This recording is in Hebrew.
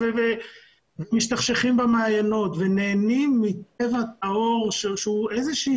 משתכשכים במעיינות ונהנים מטבע טהור שהוא איזשהו